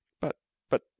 but-but